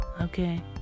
okay